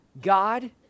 God